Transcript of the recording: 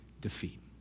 defeat